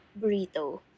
Burrito